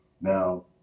Now